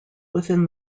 within